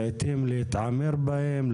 לעתים להתעמר בהם,